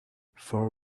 four